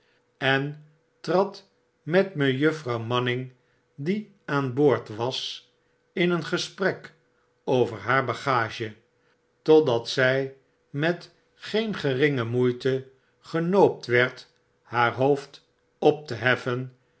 en trad met juffrouw manning die aan boord was in een gesprek over haar bagage totdat zij met geen geringe moeite genoopt werd haar hoofd op te heffen